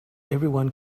everyone